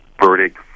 verdict